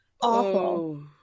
Awful